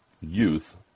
youth